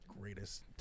greatest